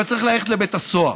אתה צריך ללכת לבית הסוהר,